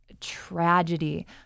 tragedy